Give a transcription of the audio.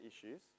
issues